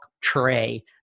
tray